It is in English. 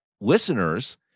listeners